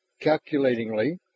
calculatingly